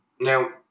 Now